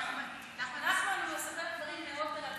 נחמן מספר דברים מאוד מרתקים.